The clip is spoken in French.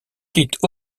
quittent